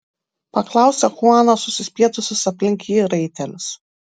paklausė chuanas susispietusius aplink jį raitelius